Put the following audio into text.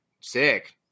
sick